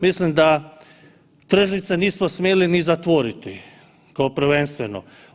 Mislim da tržnice nismo smjeli ni zatvoriti kao prvenstveno.